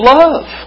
love